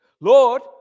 Lord